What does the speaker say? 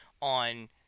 on